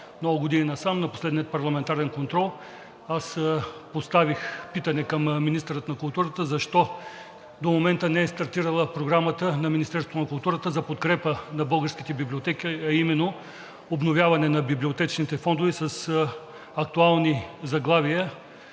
много години насам, на последния парламентарен контрол, аз поставих питане към министъра на културата: защо до момента не е стартирала програмата на Министерството на културата за подкрепа на българските библиотеки, а именно обновяване на библиотечните фондове с актуални заглавия